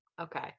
Okay